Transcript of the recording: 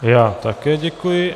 Já také děkuji.